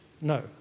No